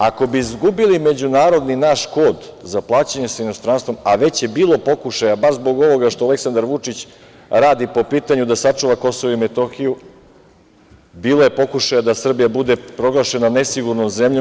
Ako bi izgubili naš međunarodni kod sa inostranstvom, a već je bilo pokušaja, baš zbog ovoga što Aleksandar Vučić radi po pitanju da sačuva Kosovo i Metohiju, bilo je pokušaja da Srbija bude proglašena nesigurnom zemljom.